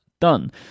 done